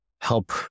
help